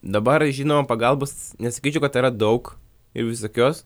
dabar žinom pagalbos nesakyčiau kad yra daug ir visokios